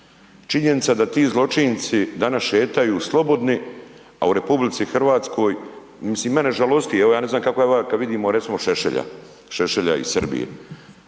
Činjenica je da ti zločinci danas šetaju slobodni a u RH, mislim, mene žalosti, evo ja ne znam kako je vama kad vidimo recimo Šešelja, Šešelja iz Srbije.